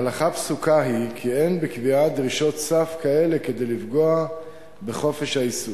הלכה פסוקה היא כי אין בקביעת דרישות סף כאלה כדי לפגוע בחופש העיסוק,